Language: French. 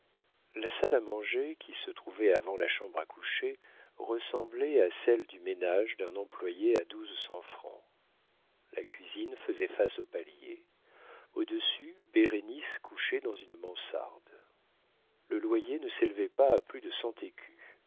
la salle à manger qui se trouvait avant la chambre à coucher ressemblait à celle du ménage d'un employé à douze cents francs la cuisine faisait face au palier au-dessus bérénice couchait dans une mansarde le loyer ne s'élevait pas à plus de cent écus